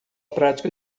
prática